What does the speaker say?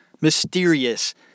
mysterious